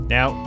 Now